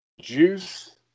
juice